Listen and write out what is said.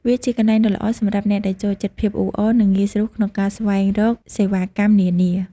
វាជាកន្លែងដ៏ល្អសម្រាប់អ្នកដែលចូលចិត្តភាពអ៊ូអរ និងងាយស្រួលក្នុងការស្វែងរកសេវាកម្មនានា។